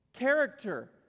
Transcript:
character